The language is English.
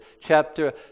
chapter